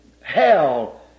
hell